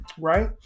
Right